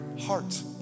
heart